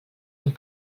amb